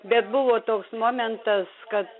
bet buvo toks momentas kad